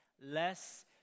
Less